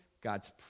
God's